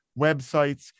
websites